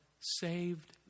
saved